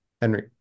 Henry